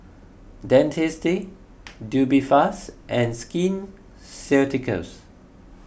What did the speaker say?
Dentiste Tubifast and Skin Ceuticals